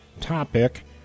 topic